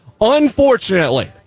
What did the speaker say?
Unfortunately